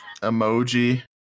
Emoji